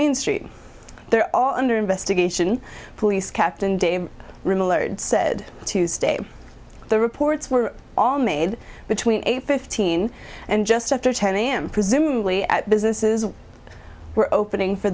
main street they're all under investigation police captain dave said tuesday the reports were all made between eight fifteen and just after ten a m presumably at businesses opening for